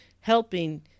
helping